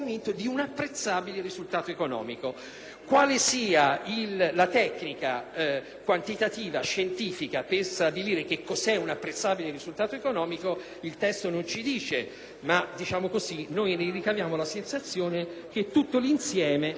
Quale sia la tecnica scientifica per stabilire quantitativamente cosa sia un apprezzabile risultato economico il testo non ci dice, ma noi ne ricaviamo la sensazione che tutto l'insieme non può essere apprezzabile.